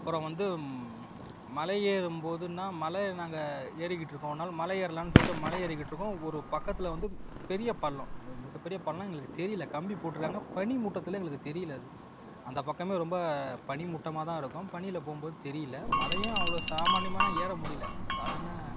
அப்புறம் வந்து மலை ஏறும் போதுன்னா மலை நாங்கள் ஏறிக்கிட்டு இருக்கோம் ஒரு நாள் மலை ஏறலான்னு சொல்லிட்டு மலை எறிக்கிட்டு இருக்கோம் ஒரு பக்கத்தில் வந்து பெரிய பள்ளம் மிக மிகப்பெரிய பள்ளம் எங்களுக்கு தெரியல கம்பி போட்டுருக்காங்க பனிமூட்டத்தில் எங்களுக்கு தெரியல அது அந்த பக்கமே ரொம்ப பனிமூட்டமாக தான் இருக்கும் பனியில் போகும் போது தெரியல மலையும் அவ்வளோ சாமானியமாலாம் ஏற முடியல சாதாரண